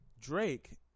Drake